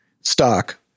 stock